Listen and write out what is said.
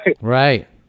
Right